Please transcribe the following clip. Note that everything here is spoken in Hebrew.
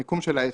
המיקום של העסק.